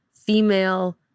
female